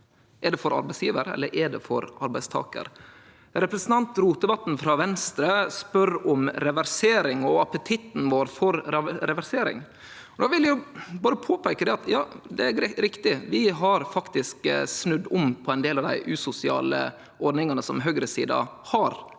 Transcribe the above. Er det for arbeidsgjevar, eller er det for arbeidstakar? Representanten Rotevatn frå Venstre spør om reversering og appetitten vår for reversering. Då vil eg berre påpeike at det er riktig. Vi har faktisk snudd om på ein del av dei usosiale ordningane som høgresida